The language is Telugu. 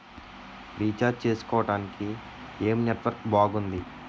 రీఛార్జ్ చేసుకోవటానికి ఏం నెట్వర్క్ బాగుంది?